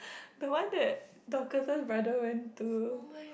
the one that Dorcas's brother went to